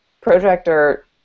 Projector